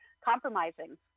compromising